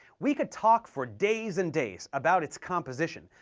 we could talk for days and days about its composition,